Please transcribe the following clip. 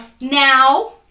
Now